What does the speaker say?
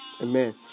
amen